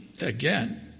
Again